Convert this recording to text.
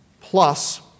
plus